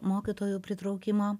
mokytojų pritraukimo